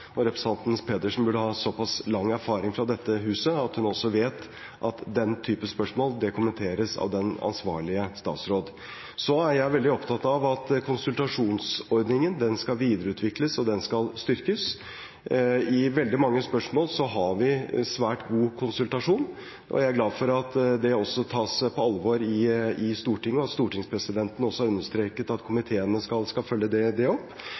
Representanten Pedersen burde ha såpass lang erfaring fra dette huset at hun også vet at den typen spørsmål kommenteres av den ansvarlige statsråd. Jeg er veldig opptatt av at konsultasjonsordningen skal videreutvikles og styrkes. I veldig mange spørsmål har vi svært god konsultasjon. Jeg er glad for at det også tas på alvor i Stortinget, og at stortingspresidenten har understreket at komiteene skal følge det opp. Det